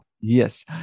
Yes